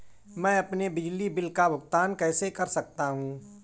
मैं अपने बिजली बिल का भुगतान कैसे कर सकता हूँ?